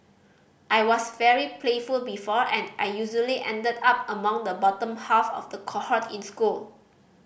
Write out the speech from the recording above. I was very playful before and I usually ended up among the bottom half of the cohort in school